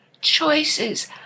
choices